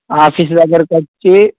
office దగ్గరకొచ్చి